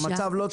המצב לא טוב.